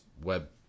web